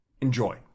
Enjoy